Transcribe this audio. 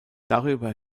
darüber